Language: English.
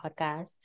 podcast